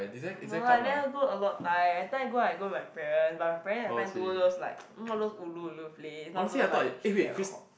no lah I never go a lot of time that time I go I go with my parent but my parent my parent like go those like those ulu ulu place not those like very hot